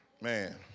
Man